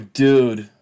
dude